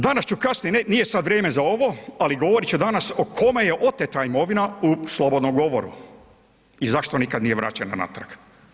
Danas ću kasnije, nije sad vrijeme za ovo, ali govorit ću danas o kome je oteta imovina u slobodnom govoru i zašto nikad nije vraćena natrag.